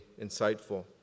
insightful